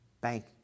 bank